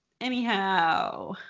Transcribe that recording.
Anyhow